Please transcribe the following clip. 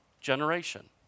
generation